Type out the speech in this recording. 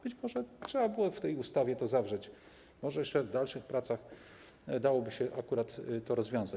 Być może trzeba było w tej ustawie to zawrzeć, może jeszcze w dalszych pracach dałoby się akurat to rozwiązać.